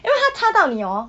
因为他插到你 hor